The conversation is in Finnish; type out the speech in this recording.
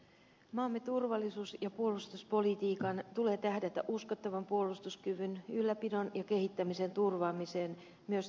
maamme turvallisuus ja puolustuspolitiikan tulee tähdätä uskottavan puolustuskyvyn ylläpidon ja kehittämisen turvaamiseen myös ta loudellisesti